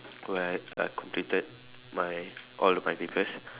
where I completed my all of my papers